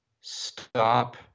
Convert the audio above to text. stop